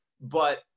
But-